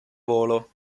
volo